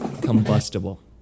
combustible